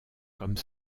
comme